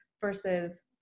versus